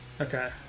Okay